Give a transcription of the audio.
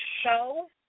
show